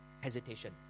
hesitation